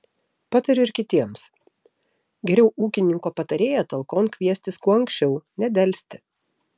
patariu ir kitiems geriau ūkininko patarėją talkon kviestis kuo anksčiau nedelsti